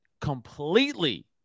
completely